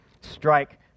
strike